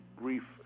brief